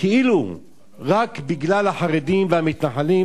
כאילו רק בגלל החרדים והמתנחלים,